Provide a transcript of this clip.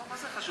מה זה קשור?